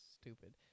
stupid